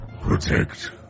Protect